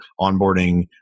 onboarding